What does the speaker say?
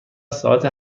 ساعت